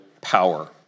power